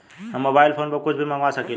हम mobile phone पर कुछ भी मंगवा सकिला?